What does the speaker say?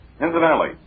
Incidentally